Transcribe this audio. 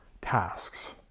tasks